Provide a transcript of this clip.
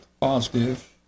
positive